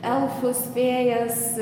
elfus fėjas